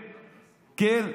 כן,